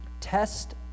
test